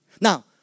Now